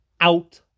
out